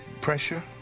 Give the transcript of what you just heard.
pressure